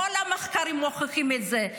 כל המחקרים מוכיחים את זה.